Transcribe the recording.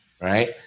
right